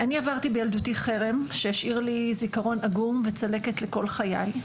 אני עברתי בילדותי חרם שהשאיר לי זיכרון עגום וצלקת לכל חיי,